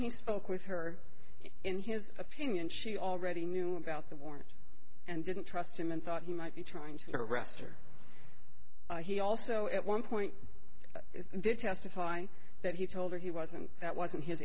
he spoke with her in his opinion she already knew about the warrant and didn't trust him and thought he might be trying to arrest her he also at one point did testify that he told her he wasn't that wasn't his